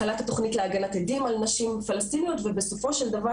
החלת התוכנית להגנת עדים על נשים פלשתינאיות ובסופו של דבר